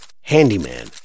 Handyman